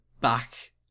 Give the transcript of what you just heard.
back